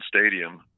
Stadium